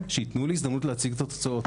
שיתנו לי הזדמנות להציג את התוצאות.